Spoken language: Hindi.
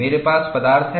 मेरे पास पदार्थ है